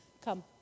come